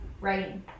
Writing